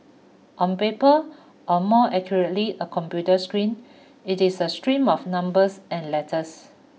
on paper or more accurately a computer screen it is a stream of numbers and letters